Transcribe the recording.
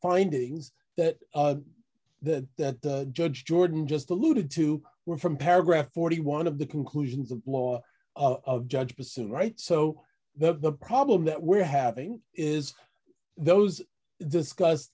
findings that the that judge jordan just alluded to were from paragraph forty one of the conclusions of law of judge pursuit right so that the problem that we're having is those discuss